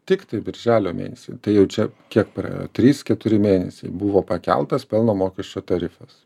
tiktai birželio mėnesį tai jau čia kiek praėjo trys keturi mėnesiai buvo pakeltas pelno mokesčio tarifas